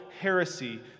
heresy